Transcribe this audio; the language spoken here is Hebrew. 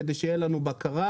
כדי שתהיה לנו בקרה,